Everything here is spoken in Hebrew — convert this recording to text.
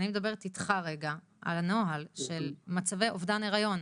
אני מדברת איתך רגע על הנוהל של מצבי אובדן היריון.